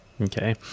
Okay